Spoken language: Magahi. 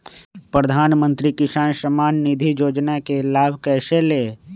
प्रधानमंत्री किसान समान निधि योजना का लाभ कैसे ले?